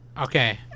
Okay